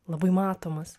labai matomas